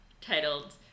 titled